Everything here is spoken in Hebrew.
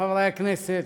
חברי הכנסת,